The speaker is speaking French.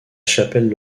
chapelle